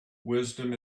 wisdom